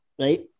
right